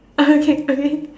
okay okay